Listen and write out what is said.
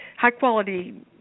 high-quality